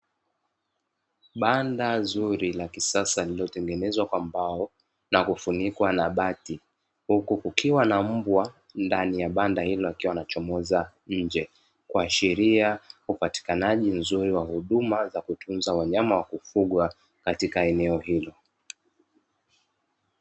Banda zuri la kisasa lililotengenezwa kwa mbao, na kufunikwa na bati, huku kukiwa na mbwa ndani ya banda hilo akiwa anachomoza nje, kuashiria upatikanaji mzuri wa huduma za kutunza wanyama wa kufugwa katika eneo hilo.